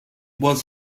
was